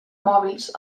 mòbils